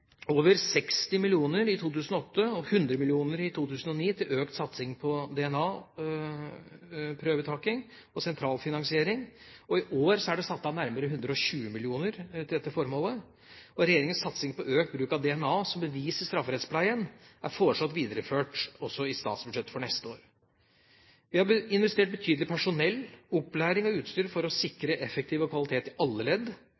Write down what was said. over 60 mill. kr i 2008 og 100 mill. kr i 2009 til økt satsing på DNA-prøvetaking og sentral finansiering. I år er det satt av nærmere 120 mill. kr til dette formålet. Regjeringas satsing på økt bruk av DNA som bevis i strafferettspleien er foreslått videreført også i statsbudsjettet for neste år. Vi har investert betydelig i personell, opplæring og utstyr for å sikre effektivitet og kvalitet i alle ledd,